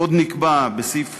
עוד נקבע בסעיף